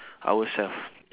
ourselves